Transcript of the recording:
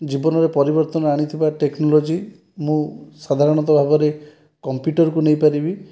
ଜୀବନରେ ପରିବର୍ତ୍ତନ ଆଣିଥିବା ଟେକ୍ନୋଲୋଜି ମୁଁ ସାଧାରଣତଃ ଭାବରେ କମ୍ପୁଟରକୁ ନେଇପାରିବି